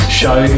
show